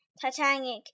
Titanic